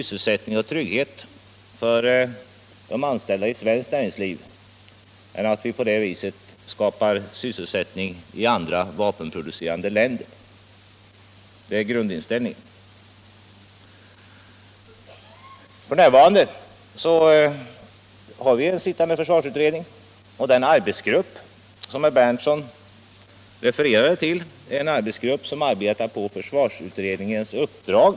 Sam — Nr 29 tidigt måste också de säkerhetspolitiska aspekterna komma med i bilden. Torsdagen den Detta är grundinställningen. 18 november 1976 F.n. har vi en sittande försvarsutredning, och den arbetsgrupp som I herr Berndtson refererade till arbetar på försvarsutredningens uppdrag.